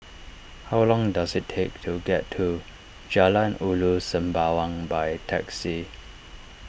how long does it take to get to Jalan Ulu Sembawang by taxi